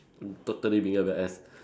totally bigger bad ass